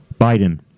Biden